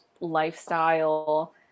lifestyle